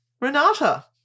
Renata